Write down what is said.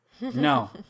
No